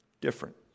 different